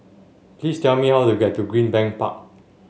please tell me how to get to Greenbank Park